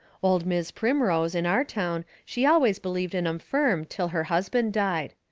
old mis' primrose, in our town, she always believed in em firm till her husband died.